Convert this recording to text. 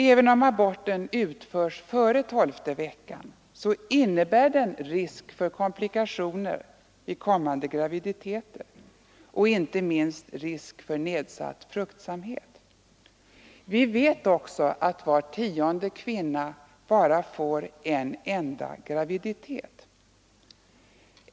Även om aborten utförs före tolfte veckan, innebär den risk för komplikationer vid kommande graviditeter och inte minst risk för nedsatt fruktsamhet. Vi vet också att var tionde kvinna bara får en enda graviditet.